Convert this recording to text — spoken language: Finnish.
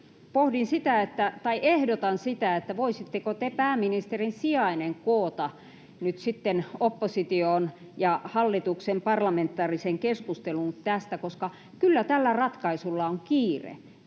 ehdotan, voisitteko te, pääministerin sijainen, koota nyt sitten opposition ja hallituksen parlamentaariseen keskusteluun tästä, koska kyllä tällä ratkaisulla on kiire.